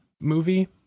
movie